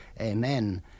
Amen